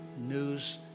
news